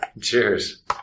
Cheers